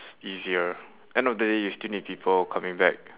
easier end of the day you still need people coming back